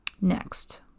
Next